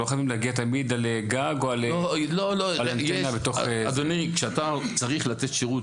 לא חייבים להגיע תמיד על גג או אנטנה בתוך --- כשאתה רוצה לתת שירות